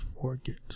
forget